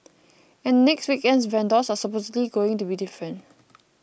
and the next weekend's vendors are supposedly going to be different